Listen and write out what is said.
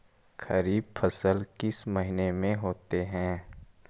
खरिफ फसल किस महीने में होते हैं?